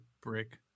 brick